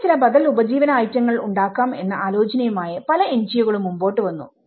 എങ്ങനെ ചില ബദൽ ഉപജീവന ഐറ്റമുകൾ ഉണ്ടാക്കാം എന്ന ആലോചനയുമായി പല NGO കളും മുമ്പോട്ട് വന്നു